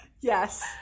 Yes